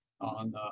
on